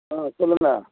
ஆ சொல்லுங்கள்